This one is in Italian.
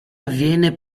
avviene